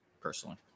personally